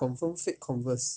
confirm fake converse